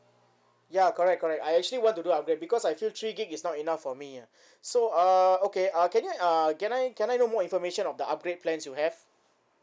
ya correct correct I actually want to do upgrade because I feel three gig is not enough for me ah so uh okay uh can you uh can I can I know more information of the upgrade plans you have